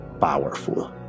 powerful